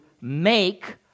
make